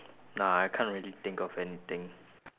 nah I can't really think of anything